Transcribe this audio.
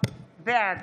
בעד